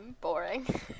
boring